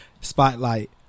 spotlight